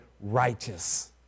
righteous